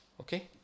Okay